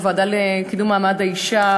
הוועדה לקידום מעמד האישה,